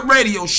Radio